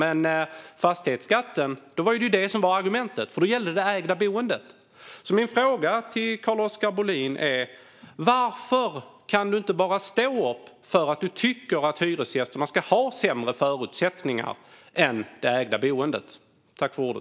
Men i fråga om fastighetsskatten var det ju det som var argumentet, för då handlade det om det ägda boendet. Min fråga till Carl-Oskar Bohlin är: Varför kan du inte stå för att du tycker att hyresgästerna ska ha sämre förutsättningar än de som äger sitt boende?